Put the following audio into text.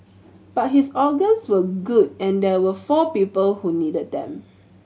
but his organs were good and there were four people who needed them